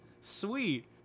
Sweet